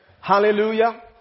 hallelujah